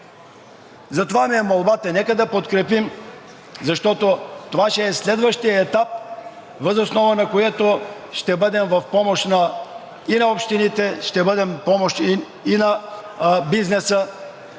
Затова ми е молбата – нека да подкрепим, защото това ще е следващият етап, въз основа на което ще бъдем в помощ и на общините, и на бизнеса.